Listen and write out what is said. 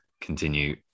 continue